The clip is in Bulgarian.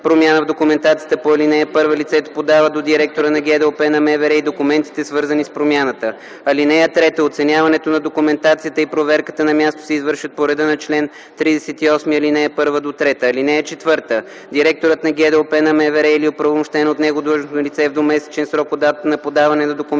промяна в документацията по ал. 1, лицето подава до директора на ГДОП на МВР и документите, свързани с промяната. (3) Оценяването на документацията и проверката на място се извършват по реда на чл. 38, ал. 1-3. (4) Директорът на ГДОП на МВР или оправомощено от него длъжностно лице в двумесечен срок от датата на подаване на документацията